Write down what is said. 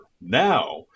Now